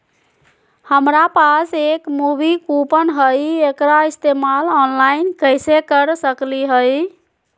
हमरा पास एक मूवी कूपन हई, एकरा इस्तेमाल ऑनलाइन कैसे कर सकली हई?